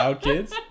kids